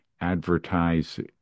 advertise